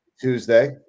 Tuesday